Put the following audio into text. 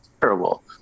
terrible